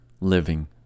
living